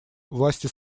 власти